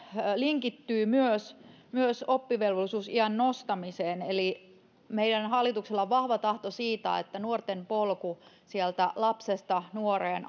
linkittyy myös myös oppivelvollisuusiän nostamiseen eli meidän hallituksella on vahva tahto siitä että nuorten polku sieltä lapsesta nuoreen